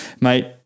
Mate